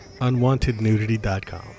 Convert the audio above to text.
Unwantednudity.com